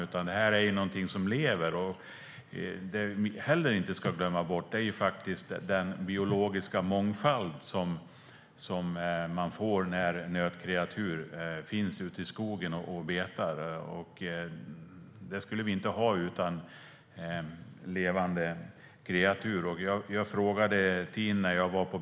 Det här är i stället någonting som lever. Det vi heller inte ska glömma bort är den biologiska mångfald man får när nötkreatur finns ute i skogen och betar. Den skulle vi inte ha utan levande kreatur. Vi har som bekant rovdjur i Dalarna.